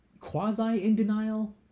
quasi-in-denial